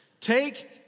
Take